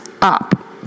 up